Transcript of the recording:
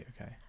Okay